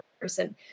person